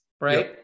Right